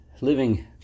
living